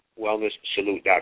wellnesssalute.com